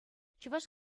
чӑваш